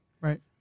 Right